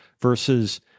versus